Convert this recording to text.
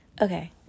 Okay